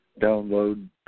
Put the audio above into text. download